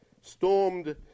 stormed